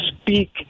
speak